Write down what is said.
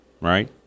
right